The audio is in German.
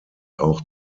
auch